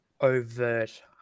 overt